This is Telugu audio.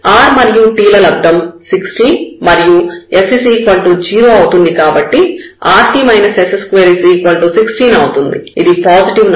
r మరియు t ల లబ్దం 16 మరియు s 0 అవుతుంది కాబట్టి rt s2 16 అవుతుంది ఇది పాజిటివ్ నంబర్